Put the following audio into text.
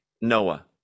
Noah